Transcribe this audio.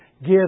give